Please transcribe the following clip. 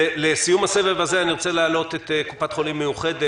לסיום הסבב הזה אני רוצה להעלות את נציג קופת חולים מאוחדת,